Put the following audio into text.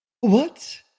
What